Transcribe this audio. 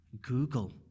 Google